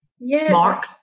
Mark